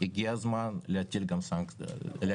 הגיע הזמן להטיל גם סנקציות.